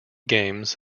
games